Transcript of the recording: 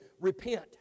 Repent